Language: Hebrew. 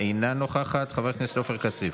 אינו נוכח, חבר הכנסת אחמד טיבי,